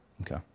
Okay